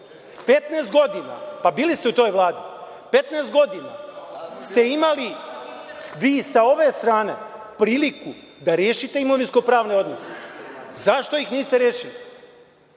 godina, pa bili ste u toj Vladi, petnaest godina ste imali, vi sa ove strane priliku da rešite imovinsko-pravne odnose. Zašto ih niste rešili?